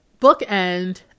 bookend